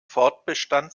fortbestand